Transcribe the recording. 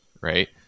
right